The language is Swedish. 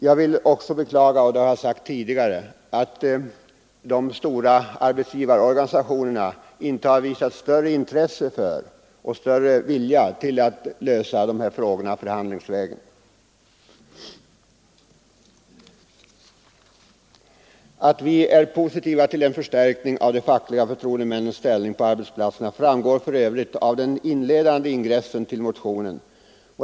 Jag vill också beklaga — och det har jag sagt tidigare — att de stora arbetsgivarorganisationerna inte har visat större intresse för och större vilja till att lösa de här frågorna förhandlingsvägen. Då hade vi säkert nått bättre förslag och mindre irritation. Att vi är positiva till en förstärkning av de fackliga förtroendemännens ställning på arbetsplatserna framgår för övrigt av ingressen till motionen.